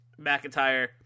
McIntyre